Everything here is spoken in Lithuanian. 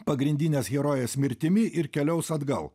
pagrindinės herojės mirtimi ir keliaus atgal